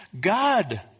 God